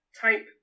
type